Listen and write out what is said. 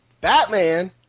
Batman